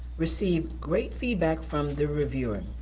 received great feedback from the reviewer.